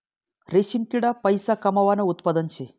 रेशीम किडा पैसा कमावानं उत्पादन शे